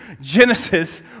Genesis